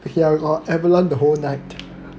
okay lah we got abalone the whole night